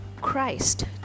Christ